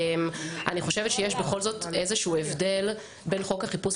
הייתי באופן אישי בוועדה שדנה בנושא הבואש,